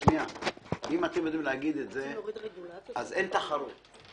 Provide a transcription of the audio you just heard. אם אתם יודעים להגיד את זה, אין תחרות.